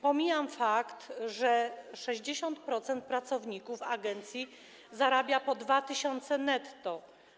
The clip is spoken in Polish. Pomijam fakt, że 60% pracowników agencji zarabia po 2 tys. netto.